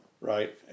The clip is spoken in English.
right